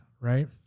right